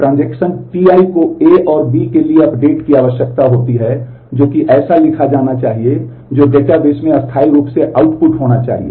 इसलिए transaction Ti को A और बी के लिए अपडेट की आवश्यकता होती है जो कि ऐसा लिखा जाना चाहिए जो डेटाबेस में स्थायी रूप से आउटपुट होना चाहिए